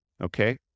okay